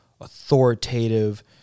authoritative